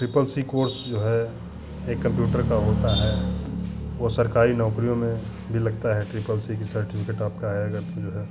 triple C course जो है एक कम्प्यूटर का होता है वो सरकारी नौकरियों में भी लगता है ट्रिपल सी का सर्टिफ़िकेट आपका है अगर तो जो है